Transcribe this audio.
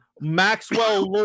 Maxwell